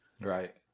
right